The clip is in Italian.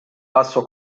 basso